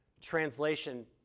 translation